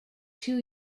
too